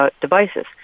devices